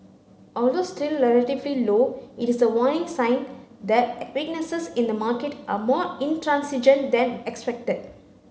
although still relatively low it is a warning sign that weaknesses in the market are more intransigent than expected